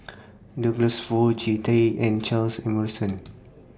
Douglas Foo Jean Tay and Charles Emmerson